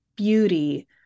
Beauty